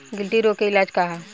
गिल्टी रोग के इलाज का ह?